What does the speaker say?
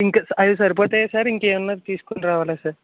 ఇంక అవి సరిపోతయా సార్ ఇంకేమైనా తీసుకుని రావాలా సార్